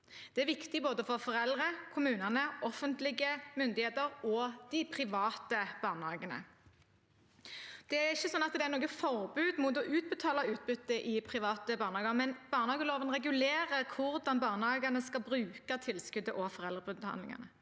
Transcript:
Det er viktig for både foreldrene, kommunene, de offentlige myndighetene og de private barnehagene. Det er ikke sånn at det er noe forbud mot å utbetale utbytte i private barnehager, men barnehageloven regulerer hvordan barnehagene skal bruke tilskuddet og foreldrebetalingen.